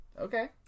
okay